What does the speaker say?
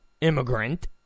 immigrant